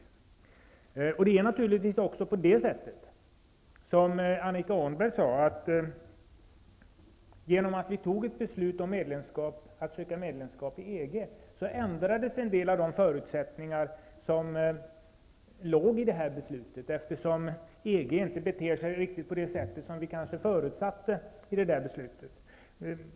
Som Annika Åhnberg sade ändrades också en del av de förutsättningar som låg i detta beslut i och med att vi fattade beslut om att söka medlemskap i EG, eftersom EG inte beter sig riktigt på det sätt som vi kanske förutsatte då vi fattade det jordbrukspolitiska beslutet.